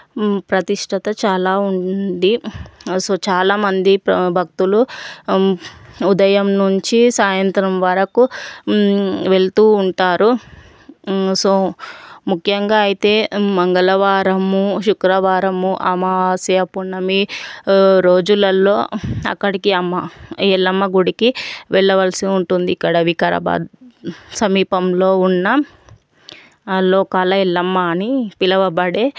ప్రతిష్టత చాలా ఉంది సో చాలామంది భక్తులు ఉదయం నుంచి సాయంత్రం వరకు వెళుతూ ఉంటారు సో ముఖ్యంగా అయితే మంగళవారము శుక్రవారము అమావాస్య పున్నమి రోజులలో అక్కడికి అమ్మ ఎల్లమ్మ గుడికి వెళ్ళవలసి ఉంటుంది ఇక్కడ వికారాబాద్ సమీపంలో ఉన్న లోకాల ఎల్లమ్మ అనే పిలవబడే